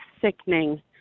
sickening